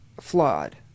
flawed